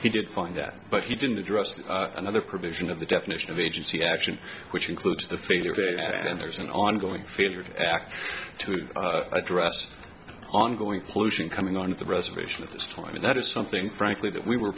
he did find that but he didn't address another provision of the definition of agency action which includes the failure to act and there's an ongoing failure to act to address ongoing pollution coming on the reservation at this time and that is something frankly that we were